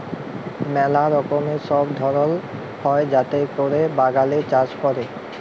ম্যালা রকমের সব ধরল হ্যয় যাতে ক্যরে বাগানে চাষ ক্যরে